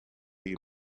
you